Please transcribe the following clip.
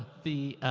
the,